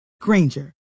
Granger